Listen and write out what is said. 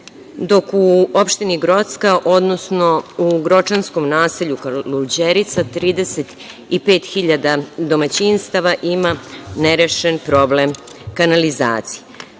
dok u Opštini Grocka, odnosno u gročanskom naselju Kaluđerica, 35.000 domaćinstava ima nerešen problem kanalizacije. Nemojte